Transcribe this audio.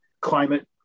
climate